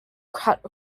cut